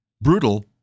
Brutal